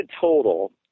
total